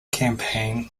campaign